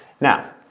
Now